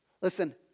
Listen